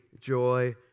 joy